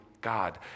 God